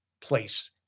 place